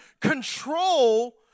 control